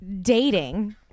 dating